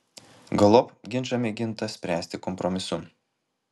galop ginčą mėginta spręsti kompromisu